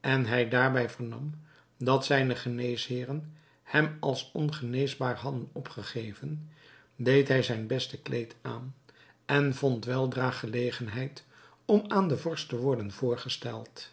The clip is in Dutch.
en hij daarbij vernam dat zijne geneesheeren hem als ongeneesbaar hadden opgegeven deed hij zijn beste kleed aan en vond weldra gelegenheid om aan den vorst te worden voorgesteld